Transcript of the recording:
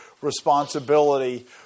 responsibility